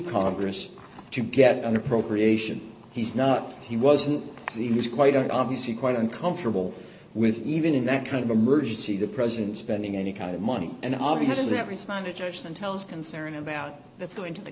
congress to get an appropriation he's not he wasn't he was quite obviously quite uncomfortable with even in that kind of emergency the president spending any kind of money and obviously have responded to your son tells concern about that's going to the